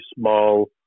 small